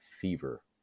Fever